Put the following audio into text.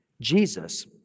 Jesus